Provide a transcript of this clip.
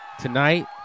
tonight